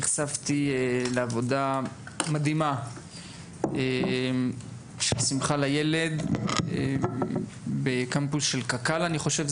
נחשפתי לעבודה מדהימה של שמחה לילד בקמפוס של קק"ל אני חושב,